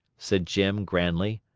said jim, grandly.